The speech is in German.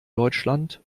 deutschland